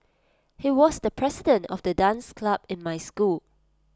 he was the president of the dance club in my school